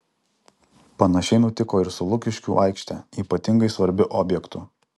panašiai nutiko ir su lukiškių aikšte ypatingai svarbiu objektu